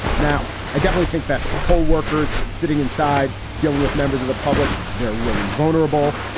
now, i definitely think that poll workers sitting inside dealing with members of the public, they're really vulnerable.